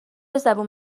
زبون